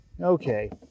Okay